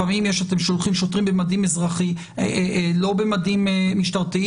לפעמים אתם שולחים שוטרים לא במדים משטרתיים,